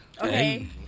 Okay